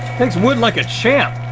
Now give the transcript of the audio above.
takes wood like a champ.